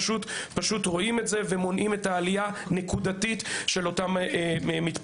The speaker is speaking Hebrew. פשוט רואים את זה ומונעים את העלייה הנקודתית של אותם מתפרעים.